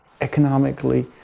economically